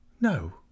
No